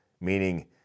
Meaning